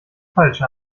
falsche